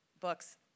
books